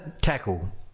tackle